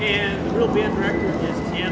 yeah yeah